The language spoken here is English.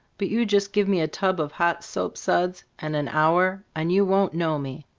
but you just give me a tub of hot soapsuds and an hour, and you won't know me.